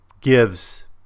gives